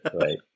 Right